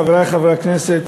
חברי חברי הכנסת,